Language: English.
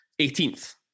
18th